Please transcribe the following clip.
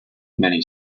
many